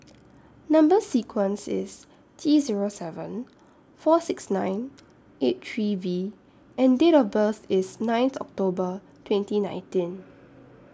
Number sequence IS T Zero seven four six nine eight three V and Date of birth IS ninth October twenty nineteen